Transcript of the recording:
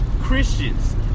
Christians